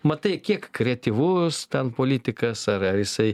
matai kiek kreatyvus ten politikas ar ar jisai